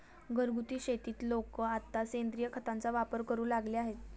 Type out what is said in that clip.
घरगुती शेतीत लोक आता सेंद्रिय खताचा वापर करू लागले आहेत